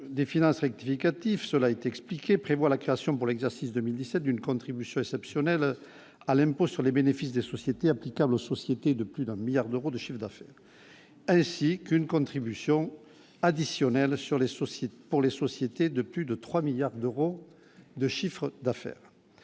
des finances rectificative, cela est expliqué prévoit la création pour l'exercice 2017 d'une contribution exceptionnelle à l'impôt sur les bénéfices des sociétés applicable aux sociétés de plus d'un 1000000000 d'euros de chiffre d'affaires, ainsi qu'une contribution additionnelle sur les sociétés pour les sociétés de plus de 3 milliards d'euros de chiffre d'affaires,